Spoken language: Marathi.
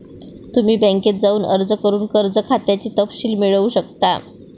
तुम्ही बँकेत जाऊन अर्ज करून कर्ज खात्याचे तपशील मिळवू शकता